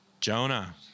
Jonah